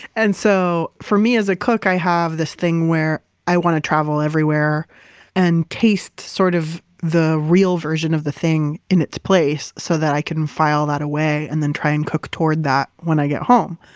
and so for me as a cook, i have this thing where i want to travel everywhere and taste sort of the real version of the thing in its place, so that i can file that away and then try and cook toward that when i get home.